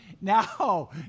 Now